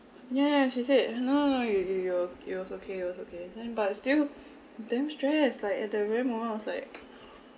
ya she said you know it it was it was okay it was okay then but still damn stressed like at the very moment I was like